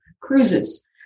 cruises